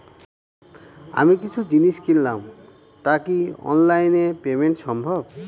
আমি কিছু জিনিস কিনলাম টা কি অনলাইন এ পেমেন্ট সম্বভ?